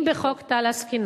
אז אם בחוק טל עסקינן,